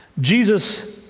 Jesus